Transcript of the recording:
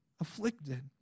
afflicted